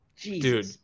dude